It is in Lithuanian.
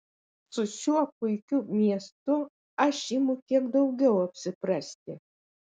su šiuo puikiu miestu aš imu kiek daugiau apsiprasti